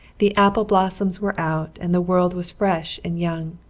the apple blossoms were out and the world was fresh and young.